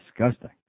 disgusting